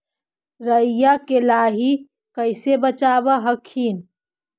राईया के लाहि कैसे बचाब हखिन?